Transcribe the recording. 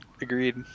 Agreed